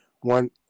one